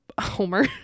Homer